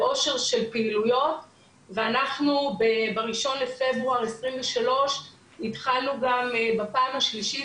באושר של פעילויות ואנחנו ב-1.2.23 התחלנו גם בפעם השלישית,